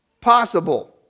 possible